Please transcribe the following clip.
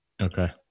okay